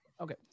Okay